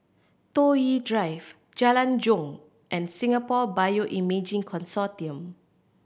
Toh Yi Drive Jalan Jong and Singapore Bioimaging Consortium